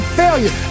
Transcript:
failure